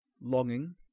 longing